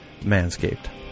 manscaped